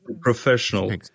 professional